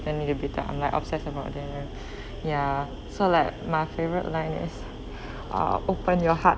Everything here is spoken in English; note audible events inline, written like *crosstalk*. I'm obsessed about them *breath* ya so like my favorite line is *breath* uh open your heart